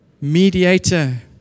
mediator